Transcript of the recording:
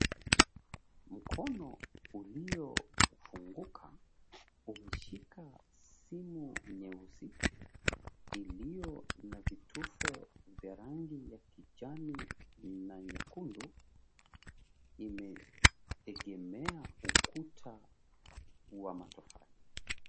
Mkono uliofunguka umeshika simu nyeusi, iliyo na vitufe vya rangi ya kijani na nyekundu, imeegemea ukuta wa matofali.